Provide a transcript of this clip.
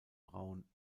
braun